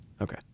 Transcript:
Okay